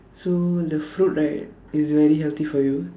so the fruit right is very healthy for you